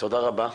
תודה רבה,